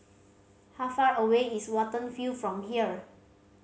how far away is Watten View from here